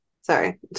sorry